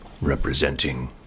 representing